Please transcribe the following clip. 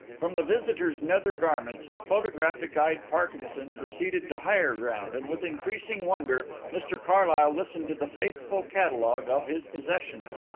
from the visitor's nether garments the photographic-eyed parkinson proceeded to higher ground, and with increasing wonder mr carlyle listened to the faithful catalogue of his possessions.